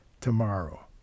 tomorrow